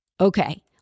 Okay